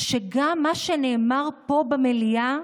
גם מה שנאמר פה במליאה